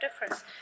difference